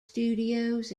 studios